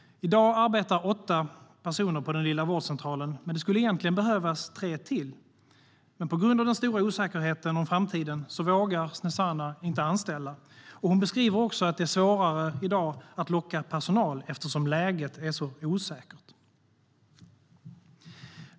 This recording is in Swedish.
I dag arbetar åtta personer på den lilla vårdcentralen, men det skulle egentligen behövas tre till. Men på grund av den stora osäkerheten om framtiden vågar Snezana inte anställa. Hon beskriver också att det är svårare i dag att locka personal eftersom läget är så osäkert.